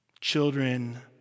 children